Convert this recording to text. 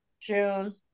June